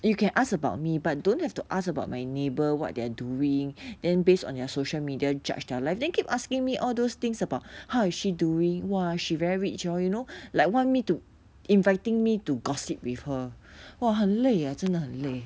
you can ask about me but don't have to ask about my neighbour what they're doing then based on your social media judge their life then keep asking me all those things about how is she doing !wah! she very rich hor you know like want me to inviting me to gossip with her !wah! 很累啊真的很累